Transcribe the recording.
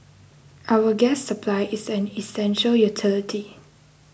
our gas supply is an essential utility